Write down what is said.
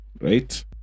right